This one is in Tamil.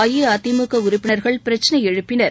அஇஅதிமுக உறுப்பினர்கள் பிரச்சினை எழுப்பினர்